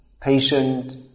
patient